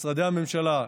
משרדי הממשלה,